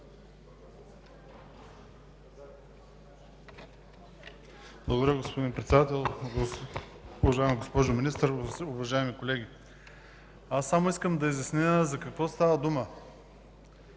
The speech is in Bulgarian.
Благодаря, господин Председател. Уважаема госпожо Министър, уважаеми колеги! Само искам да изясня за какво става дума.